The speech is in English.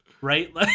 Right